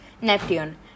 Neptune